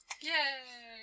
yay